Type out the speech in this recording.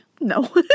No